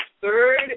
third